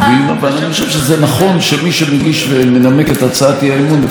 האי-אמון לפחות יישאר באולם כדי לשמוע את התשובה,